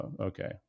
Okay